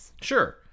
sure